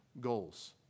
goals